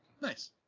Nice